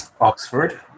Oxford